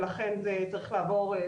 ולכן זה צריך לעבור,